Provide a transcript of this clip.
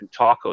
tacos